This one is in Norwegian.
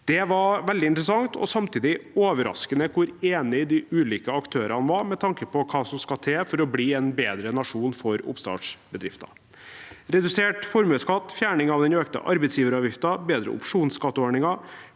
veldig interessant og samtidig overraskende hvor enige de ulike aktørene var med tanke på hva som skal til for å bli en bedre nasjon for oppstarts bedrifter: redusert formuesskatt, fjerning av den økte arbeidsgiveravgiften, bedre opsjonsskatteordninger,